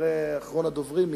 אחרי אחרון הדוברים,